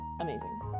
amazing